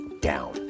down